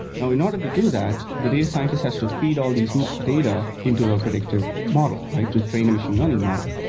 now in order to do that, the data scientist has to feed all these data into a predictive model to train a machine learning model.